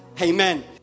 Amen